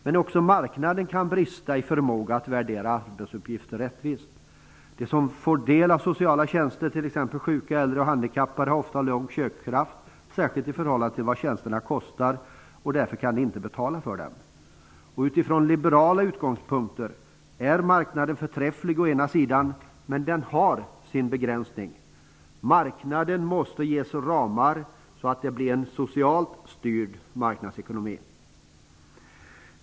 Men också marknaden kan brista i förmåga att värdera arbetsuppgifter rättvist. De som får del av sociala tjänster, t.ex. sjuka, äldre och handikappade har ofta låg köpkraft, särskilt i förhållande till vad tjänsterna kostar. Därför kan de inte betala för dem. Utifrån liberala utgångspunkter är marknaden å ena sida förträfflig. Men den har å andra sidan sin begränsning. Marknaden måste ges ramar så att det blir en socialt styrd marknadsekonomi.